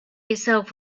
itself